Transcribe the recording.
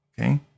okay